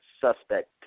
suspect